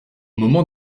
moment